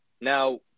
Now